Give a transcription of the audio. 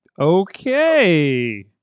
Okay